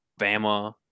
Bama